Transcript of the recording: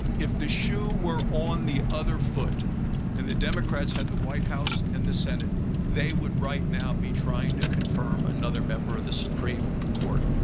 if the shoe were on the other foot and the democrats had the white house and the senate they would right now be trying to confirm another member of the supreme court.